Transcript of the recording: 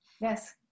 Yes